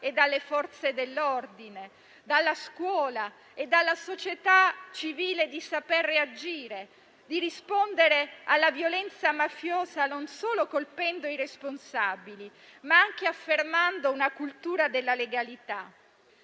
e dalle Forze dell'ordine, dalla scuola e dalla società civile, di saper reagire e di rispondere alla violenza mafiosa, non solo colpendo i responsabili, ma anche affermando la cultura della legalità,